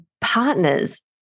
partners